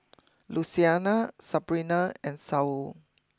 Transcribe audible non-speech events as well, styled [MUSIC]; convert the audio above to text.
[NOISE] Luciana Sabrina and Saul